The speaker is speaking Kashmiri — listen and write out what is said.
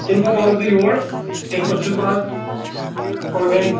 تمہِ پتہٕ آوُس بہٕ یور تمہِ پتہٕ چھُس بہٕ آز کۄلگامہِ